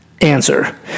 answer